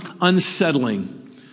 unsettling